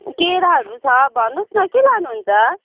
केराहरू छ भन्नुहोस् न के लानुहुन्छ